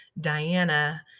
Diana